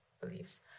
beliefs